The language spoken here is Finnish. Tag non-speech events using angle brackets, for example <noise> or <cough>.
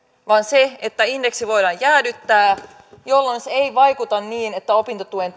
vaan se että indeksi voidaan jäädyttää jolloin se ei vaikuta niin että opintotuen <unintelligible>